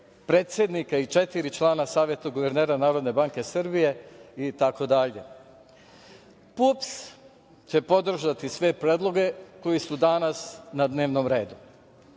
predsednika i četiri člana Saveta guvernera Narodne banke Srbije itd. PUPS će podržati sve predloge koji su danas na dnevnom redu.